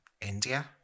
India